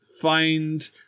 find